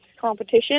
competition